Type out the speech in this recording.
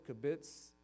kibitz